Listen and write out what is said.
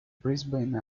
brisbane